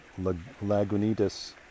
lagunitas